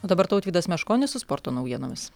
o dabar tautvydas meškonis su sporto naujienoms